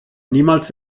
niemals